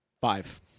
Five